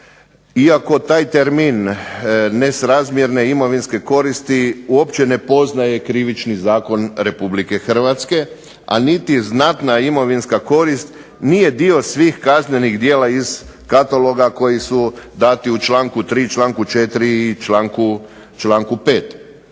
Iako taj termin nesrazmjerne imovinske koristi uopće ne poznaje Krivični zakon RH, a niti znatna imovinska korist nije dio svih kaznenih djela iz kataloga koji su dati u članku 3., članku 4. i članku 5.